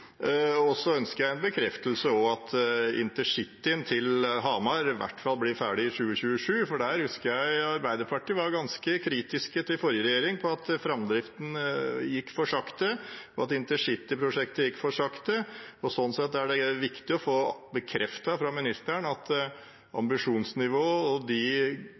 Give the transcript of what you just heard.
Så ønsker jeg en bekreftelse på at intercity til Hamar i hvert fall blir ferdig i 2027, for der husker jeg at Arbeiderpartiet var ganske kritiske til forrige regjering – til at framdriften gikk for sakte, at intercityprosjektet gikk for sakte. Sånn sett er det viktig å få bekreftet fra ministeren at ambisjonsnivået og